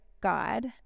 God